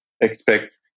expect